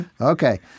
Okay